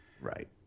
Right